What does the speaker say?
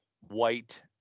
white